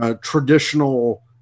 traditional